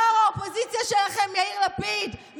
ראש האופוזיציה שלכם יאיר לפיד,